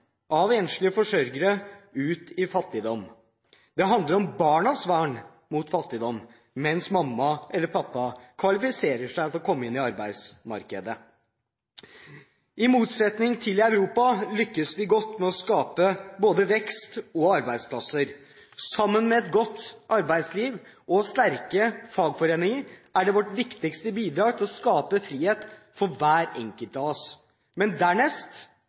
av enslige forsørgere ut i fattigdom. Det handler om barnas vern mot fattigdom, mens mamma eller pappa kvalifiserer seg til å komme inn i arbeidsmarkedet. I motsetning til i Europa lykkes vi godt med å skape både vekst og arbeidsplasser. Sammen med et godt arbeidsliv og sterke fagforeninger er det vårt viktigste bidrag til å skape frihet for hver enkelt av oss. Men